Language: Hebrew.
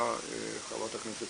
חבר הכנסת